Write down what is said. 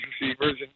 receivers